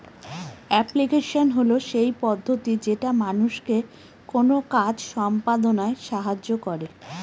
application হল সেই পদ্ধতি যেটা মানুষকে কোনো কাজ সম্পদনায় সাহায্য করে